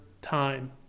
time